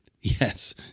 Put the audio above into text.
Yes